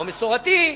או מסורתי,